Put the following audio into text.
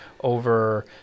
over